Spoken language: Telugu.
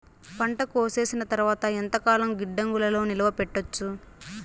పంట కోసేసిన తర్వాత ఎంతకాలం గిడ్డంగులలో నిలువ పెట్టొచ్చు?